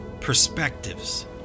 perspectives